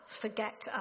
forget